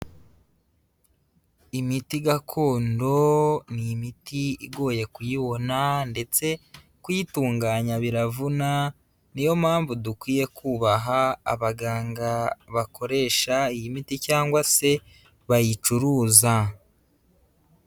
Imiti gakondo ni imiti igoye kuyibona ndetse kuyitunganya biravuna, niyo mpamvu dukwiye kubaha abaganga bakoresha iyi miti cyangwa se bayicuruza.